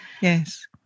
yes